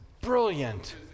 Brilliant